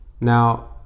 now